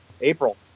April